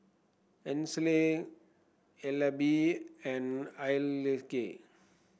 Ainsley Elby and Hayleigh